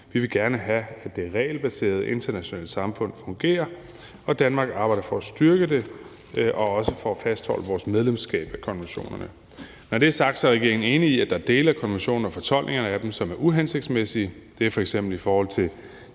vi vil gerne have, at det regelbaserede internationale samfund fungerer, og Danmark arbejder for at styrke det og også for at fastholde vores medlemskab af konventionerne. Når det er sagt, er regeringen enig i, at der er dele af konventionerne og fortolkningerne af dem, som er uhensigtsmæssige – det er f.eks. i forhold til